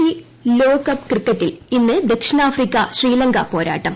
C ലോകകപ്പ് ക്രിക്കറ്റിൽ ഇന്ന് ദക്ഷിണാഫ്രിക്ക ശ്രീലങ്ക പോരാട്ടം